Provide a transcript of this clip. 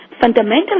fundamentally